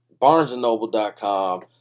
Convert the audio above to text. BarnesandNoble.com